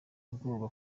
ubwoba